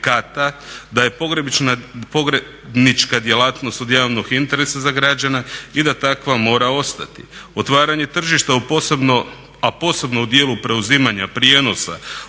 da je pogrebnička djelatnost od javnog interesa za građane i da takva mora ostati. Otvaranje tržišta a posebno u dijelu preuzimanja prijenosa